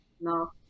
No